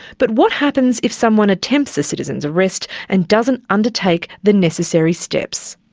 but what happens if someone attempts a citizen's arrest and doesn't undertake the necessarily steps?